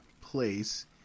place